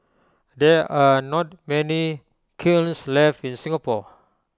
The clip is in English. there are not many kilns left in Singapore